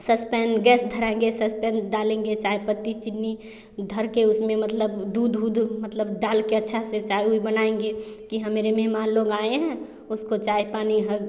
सस्पेन गैस धराएँगे सस्पेन डालेंगे चायपत्ती चीनी धर के उसमें मतलब दूध उध मतलब डालकर अच्छा से चाय उय बनाएँगे की हाँ मेरे मेहमान लोग आए है उसको चाय पानी